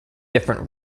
different